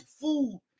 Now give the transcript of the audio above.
food